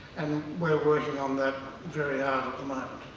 and we're working on that very um um um